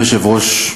אדוני היושב-ראש,